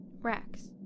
Rex